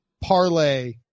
parlay